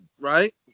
right